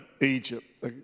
Egypt